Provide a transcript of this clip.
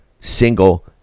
single